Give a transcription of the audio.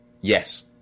Yes